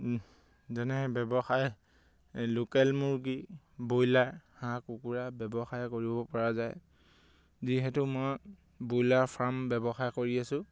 যেনে ব্যৱসায় লোকেল মুৰ্গী ব্ৰইলাৰ হাঁহ কুকুৰা ব্যৱসায় কৰিবপৰা যায় যিহেতু মই ব্ৰইলাৰ ফাৰ্ম ব্যৱসায় কৰি আছোঁ